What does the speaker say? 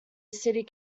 city